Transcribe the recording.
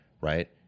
Right